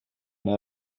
när